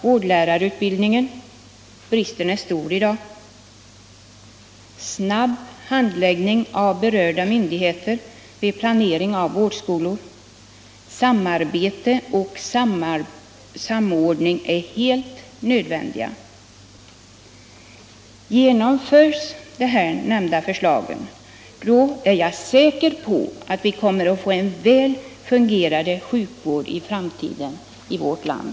Vårdlärarutbildningen måste ökas — bristen är stor i dag. Handläggningen av berörda myndigheter vid planering av vårdskolor måste ske snabbt. Samarbete och samordning är helt nödvändiga. Genomförs de här nämnda förslagen är jag säker på att vi kommer att få en väl fungerande sjukvård i framtiden i vårt land.